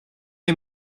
les